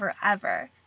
forever